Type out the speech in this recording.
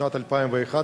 בשנת 2011,